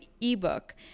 ebook